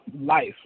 life